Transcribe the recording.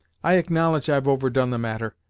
i acknowledge i've overdone the matter,